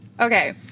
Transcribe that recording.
Okay